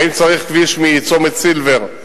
האם צריך כביש מצומת סילבר,